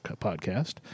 Podcast